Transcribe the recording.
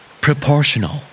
Proportional